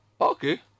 okay